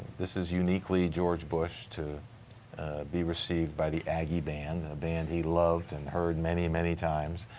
this is uniquely george bush to be received by the aggie band. the band he loved and heard many many times.